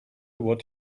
what